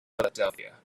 philadelphia